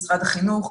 משרד החינוך,